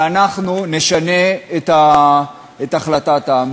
ואנחנו נשנה את החלטת העם.